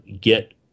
get